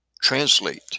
translate